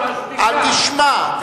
תשמע.